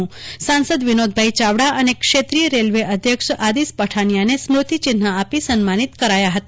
આ પ્રસંગે સાંસદ વિનોદભાઇ ચાવડા અને ક્ષેત્રીય રેલવે અધ્યક્ષ આદિશ પઠાનિયાને સમ્રતિચિહ્ન આપી સન્માનીત કરાયા હતા